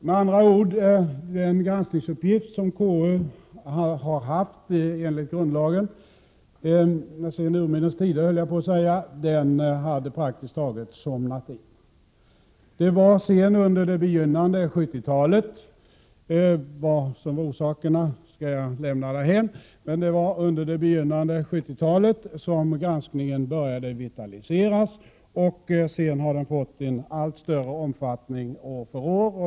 Med andra ord kan man säga att den granskningsuppgift konstitutionsutskottet har enligt grundlagen praktiskt taget hade somnat in. Det var sedan under det begynnande 1970-talet som granskningen började vitaliseras. Vilka orsakerna till det var skall jag lämna därhän. Granskningen har sedan år för år fått en allt större omfattning.